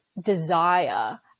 desire